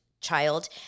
child-